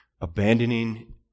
Abandoning